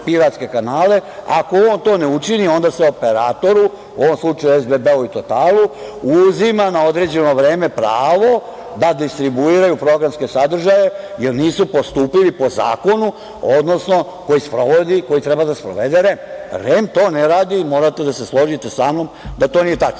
ako on to ne učini, onda se operatoru, u ovom slučaju SBB i Totalu uzima na određeno vreme pravo da distribuiraju programske sadržaje, jer nisu postupili po zakonu, odnosno koji treba da sprovede REM. Morate da se složite samnom, da to nije tačno